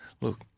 look